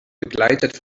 begleitet